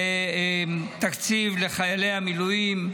זה תקציב לחיילי המילואים,